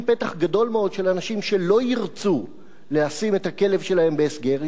פתח גדול מאוד של אנשים שלא ירצו לשים את הכלב שלהם בהסגר,